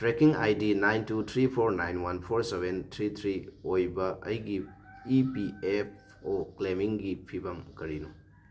trekking I D nine two three four nine one four seven three three ꯑꯣꯏꯕ ꯑꯩꯒꯤ E P F O ꯀ꯭ꯂꯦꯝꯃꯤꯡꯒꯤ ꯐꯤꯚꯝ ꯀꯔꯤꯅꯣ